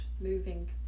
moving